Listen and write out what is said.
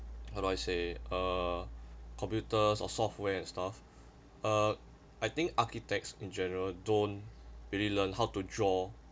how do I say uh computers or software and stuff uh I think architects in general don't really learn how to draw